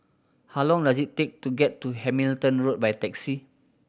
how long does it take to get to Hamilton Road by taxi